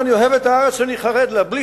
אני אוהב את הארץ שאני חרד לה, בלי